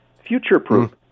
future-proof